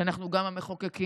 שאנחנו גם המחוקקים,